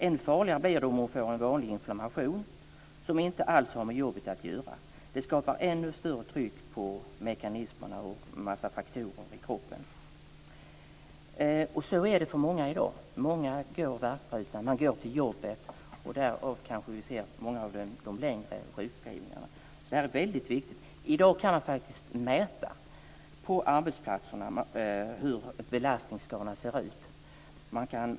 Än farligare blir det om hon får en vanlig inflammation som inte alls har med jobbet att göra. Det skapar ännu större tryck på mekanismerna och inverkar på en massa faktorer i kroppen. Så är det i dag. Många går med värk till jobbet. Därav kanske vi ser många av de längre sjukskrivningarna. I dag kan man faktiskt på arbetsplatserna mäta hur stora belastningsskadorna är.